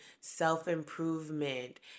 self-improvement